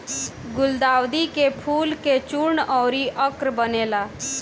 गुलदाउदी के फूल से चूर्ण अउरी अर्क बनेला